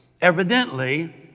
Evidently